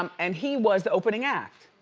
um and he was the opening act.